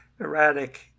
erratic